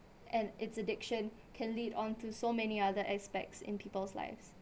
and its addiction can lead on to so many other aspects in people's lives